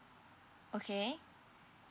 okay